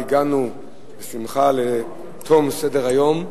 הגענו בשמחה לתום סדר-היום,